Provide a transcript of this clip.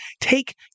take